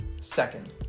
Second